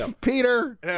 Peter